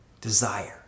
Desire